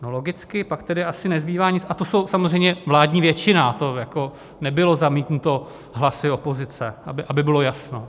Logicky pak tedy asi nezbývá nic a to je samozřejmě vládní většina, to jako nebylo zamítnuto hlasy opozice, aby bylo jasno.